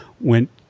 went